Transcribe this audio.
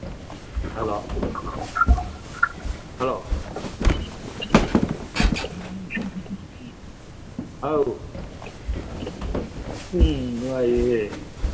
hello hello ꯑꯧ ꯎꯝ ꯅꯨꯡꯉꯥꯏꯔꯤꯌꯦ